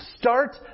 Start